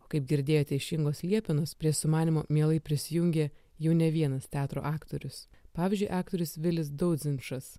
kaip girdėjote iš ingos liepinos prie sumanymo mielai prisijungė jau ne vienas teatro aktorius pavyzdžiui aktorius vilis daudzimšas